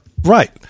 Right